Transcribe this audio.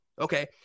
Okay